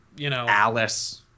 Alice